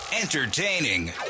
Entertaining